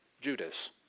Judas